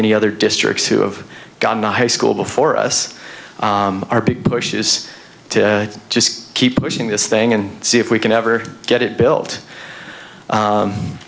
any other districts who have gotten the high school before us our big push is to just keep pushing this thing and see if we can ever get it built